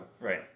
Right